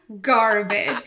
garbage